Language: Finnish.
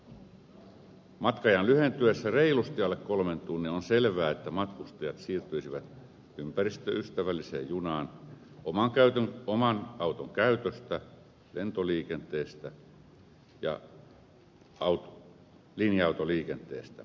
matka ajan lyhentyessä reilusti alle kolmen tunnin on selvää että matkustajat siirtyisivät ympäristöystävälliseen junaan oman auton käytöstä lentoliikenteestä ja linja autoliikenteestä